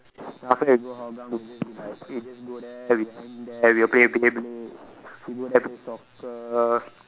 after that we go Hougang we will just be like we just go there we hang there we will play Beyblade we go there play soccer